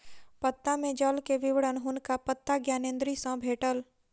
पत्ता में जल के विवरण हुनका पत्ता ज्ञानेंद्री सॅ भेटल